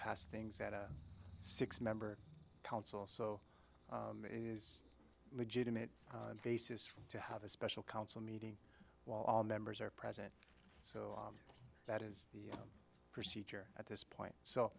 pass things at a six member council so it is legitimate basis to have a special council meeting while all members are present so that is the procedure at this point so